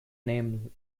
name